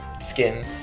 skin